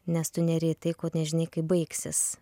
nes tu neri į tai ko nežinai kaip baigsis